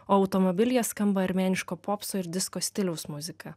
o automobilyje skamba armėniško popso ir disko stiliaus muzika